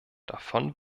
davon